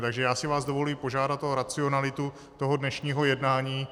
Takže já si vás dovoluji požádat o racionalitu dnešního jednání.